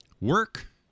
work